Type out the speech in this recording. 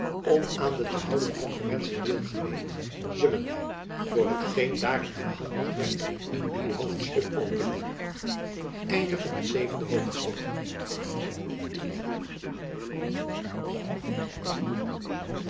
om aan de te houden konferentie deel te nemen zullen wy voor hetgeen daarin verhandeld werd een nieuw hoofdstuk openen jacob van lennep elizabeth musch achtste hoofdstuk